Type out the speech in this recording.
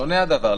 שונה הדבר.